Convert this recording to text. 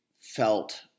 felt